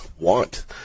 want